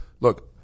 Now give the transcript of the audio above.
look